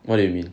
what do you mean